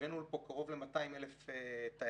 הבאנו לפה קרוב ל-200,000 תיירים.